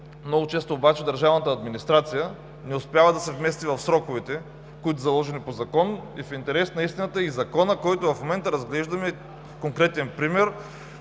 Много често обаче държавната администрация не успява да се вмести в сроковете, които са заложени по закон. В интерес на истината и законът, който в момента разглеждаме, е конкретен пример,